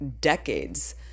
decades